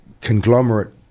conglomerate